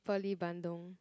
pearly bandung